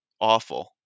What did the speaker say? awful